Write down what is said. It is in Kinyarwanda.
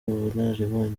ubunararibonye